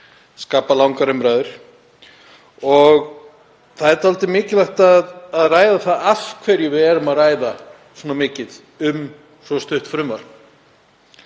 skapa langar umræður. Það er dálítið mikilvægt að ræða af hverju við erum að ræða svona mikið um svo stutt frumvarp.